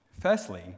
Firstly